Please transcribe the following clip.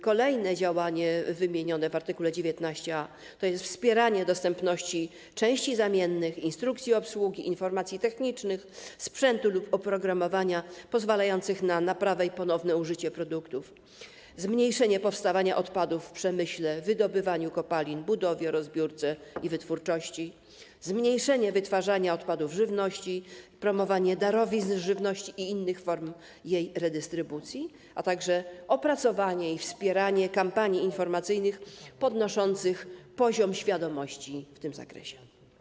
Kolejnym działaniem wymienionym w art. 19a to jest wspieranie dostępności części zamiennych, instrukcji obsługi, informacji technicznych, sprzętu lub oprogramowania pozwalających na naprawę i ponowne użycie produktów, zmniejszenie powstawania odpadów w przemyśle, wydobywaniu kopalin, budowie, rozbiórce i wytwórczości, zmniejszenie wytwarzania odpadów żywności, promowanie darowizn żywności i innych form jej redystrybucji, a także opracowanie i wspieranie kampanii informacyjnych podnoszących poziom świadomości w tym zakresie.